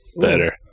Better